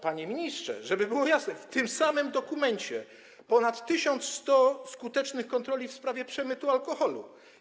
Panie ministrze, żeby było jasne, to jest w tym samym dokumencie: było ponad 1100 skutecznych kontroli w sprawie przemytu alkoholu.